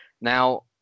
Now